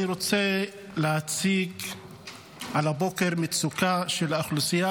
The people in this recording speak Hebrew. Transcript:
אני רוצה להציג הבוקר מצוקה של האוכלוסייה